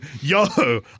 Yo